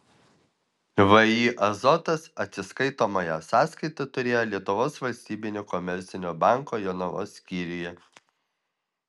vį azotas atsiskaitomąją sąskaitą turėjo lietuvos valstybinio komercinio banko jonavos skyriuje